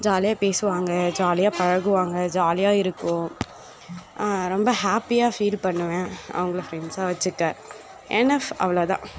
ஜாலியாக பேசுவாங்க ஜாலியாக பழகுவாங்க ஜாலியாக இருக்கும் ரொம்ப ஹாப்பியாக ஃபீல் பண்ணுவேன் அவங்களை ஃப்ரெண்ஸ்ஸாக வச்சுக்க இனஃப் அவ்வளோதான்